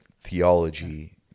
theology